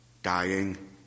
Dying